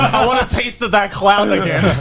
i wanna taste of that clout again.